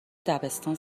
دبستان